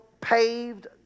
paved